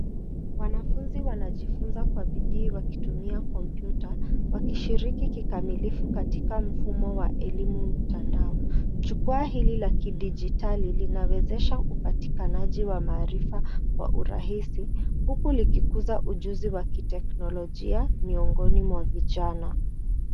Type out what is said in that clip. Wanafunzi wanajifunza kwa bidii wakitumia kompyuta, wakishiriki kikamilifu katika mfumo wa elimu mtandao. Jukwaa hili la kidijitali, linawezesha upatikanaji wa maarifa kwa urahisi, huku likikuza ujuzi wa kiteknolojia miongoni mwa vijana.